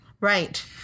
Right